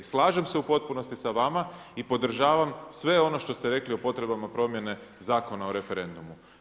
Slažem se u potpunosti s vama i podržavam sve ono što ste rekli o potrebama promjene Zakona o referendumu.